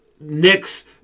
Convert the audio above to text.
next